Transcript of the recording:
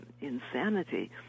insanity